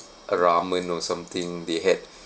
a ramen or something they had